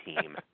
team